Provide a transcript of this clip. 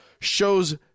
shows